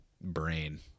brain